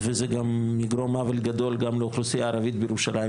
וזה יגרום עוול גדול גם לאוכלוסיה הערבית בירושלים,